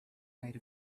made